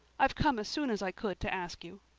i've come as soon as i could to ask you.